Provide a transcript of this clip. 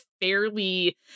fairly